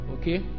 okay